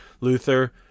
Luther